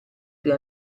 più